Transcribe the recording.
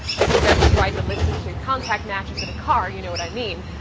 if you've ever tried to listen to contact matches in a car, you know what i mean,